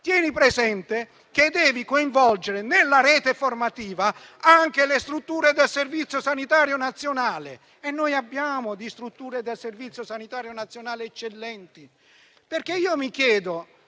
la necessità di coinvolgere nella rete formativa anche le strutture del Servizio sanitario nazionale. Noi abbiamo strutture del Servizio sanitario nazionale eccellenti.